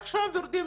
עכשיו יורדים